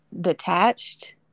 detached